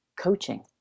coaching